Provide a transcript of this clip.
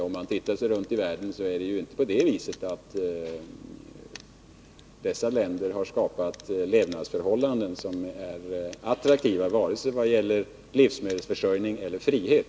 Om man tittar sig runt i världen, finner man att det inte är på det sättet att de socialistiska länderna har skapat levnadsförhållanden som är attraktiva, vare sig det gäller livsmedelsförsörjning eller frihet.